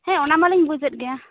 ᱦᱮᱸ ᱚᱱᱟ ᱢᱟᱞᱤᱧ ᱵᱩᱡᱮᱫ ᱜᱮᱭᱟ